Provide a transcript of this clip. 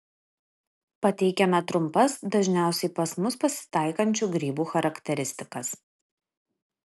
pateikiame trumpas dažniausiai pas mus pasitaikančių grybų charakteristikas